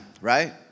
right